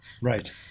Right